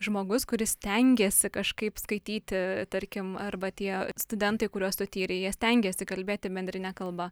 žmogus kuris stengiasi kažkaip skaityti tarkim arba tie studentai kuriuos tu tyrei jie stengėsi kalbėti bendrine kalba